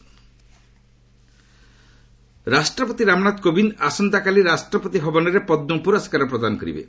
ପଦ୍ମ award ରାଷ୍ଟ୍ରପତି ରାମନାଥ କୋବିନ୍ଦ ଆସନ୍ତାକାଲି ରାଷ୍ଟ୍ରପତି ଭବନରେ ପଦ୍ମ ପ୍ରରସ୍କାର ପ୍ରଦାନ କରିବେ